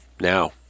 now